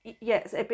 Yes